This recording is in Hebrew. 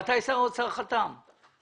מתי שר האוצר חתם על